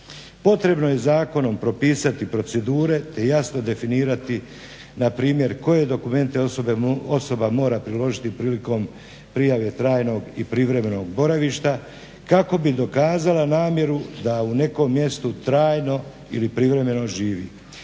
Potrebno je zakonom propisati procedure te jasno definirati npr. koje dokumente osoba mora priložiti prilikom prijave trajnog i privremenog boravišta kako bi dokazala namjeru da u nekom mjestu trajno ili privremeno živi.